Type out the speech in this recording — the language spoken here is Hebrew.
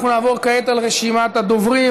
אנחנו נעבור כעת לרשימת הדוברים.